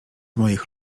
moich